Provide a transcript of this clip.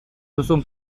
duzun